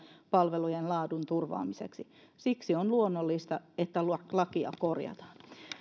palvelujen laadun turvaamiseksi siksi on luonnollista että lakia korjataan